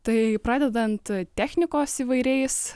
tai pradedant technikos įvairiais